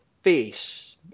face